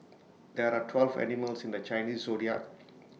there are twelve animals in the Chinese Zodiac